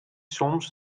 soms